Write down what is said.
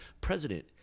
President